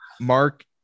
Mark